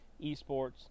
esports